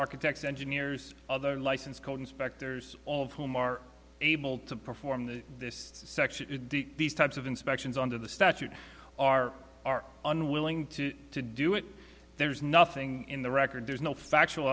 architects engineers other license code inspectors all of whom are able to perform the this section these types of inspections under the statute are are unwilling to to do it there's nothing in the record there's no factual